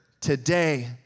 today